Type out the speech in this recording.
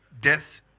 death